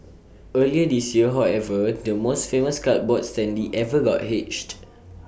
earlier this year however the most famous cardboard standee ever got hitched